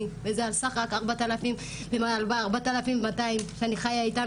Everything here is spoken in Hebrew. וזה על סך רק 4,200 ₪ שאני חייה איתם,